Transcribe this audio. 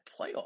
playoff